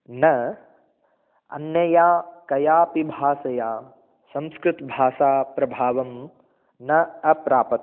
न अन्यया कया अपि भाषया संस्कृतभाषा प्रभावं न अप्रापत्